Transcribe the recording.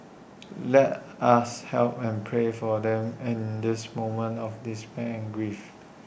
let us help and pray for them in this moment of despair and grief